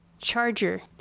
charger